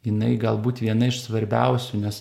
jinai galbūt viena iš svarbiausių nes